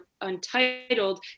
untitled